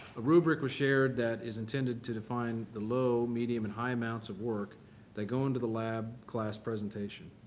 a rubric was shared that is intended to define the low, medium and high amounts of work that go into the lab class presentation.